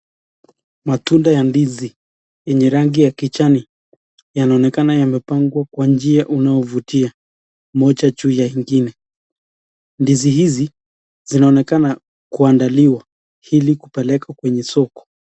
Matunda ya ndizi yenye rangi ya kijani yanaonekana yamepangwa kwa njia inayovutia moja juu ya ingine. Ndizi hizi zinaonekana kuandaliwa ili kupelekwa kwenye soko.